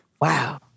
Wow